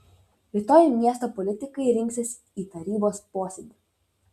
rytoj miesto politikai rinksis į tarybos posėdį